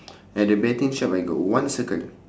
at the betting shop I got one circle